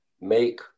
make